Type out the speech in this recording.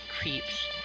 creeps